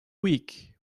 weak